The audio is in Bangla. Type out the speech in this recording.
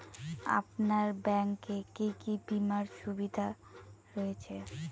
আপনার ব্যাংকে কি কি বিমার সুবিধা রয়েছে?